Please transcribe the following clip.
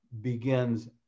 begins